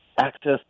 Access